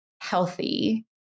healthy